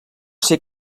ser